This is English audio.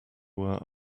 were